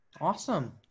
awesome